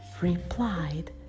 replied